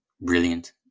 brilliant